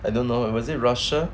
I don't know was it russia